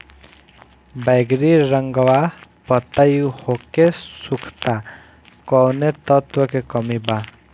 बैगरी रंगवा पतयी होके सुखता कौवने तत्व के कमी बा?